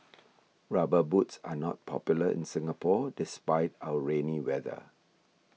rubber boots are not popular in Singapore despite our rainy weather